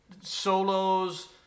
solos